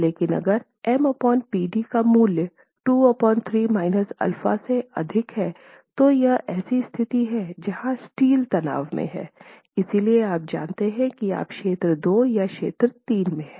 लेकिन अगर M Pd का मूल्य 2 α से अधिक है तो यह 3 ऐसी स्थिति हैं जहां स्टील तनाव में है इसलिए आप जानते हैं कि आप क्षेत्र 2 या क्षेत्र 3 में हैं